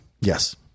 Yes